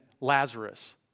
Lazarus